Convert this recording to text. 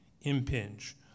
impinge